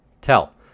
tell